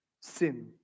sin